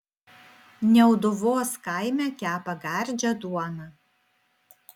niauduvos kaime kepa gardžią duoną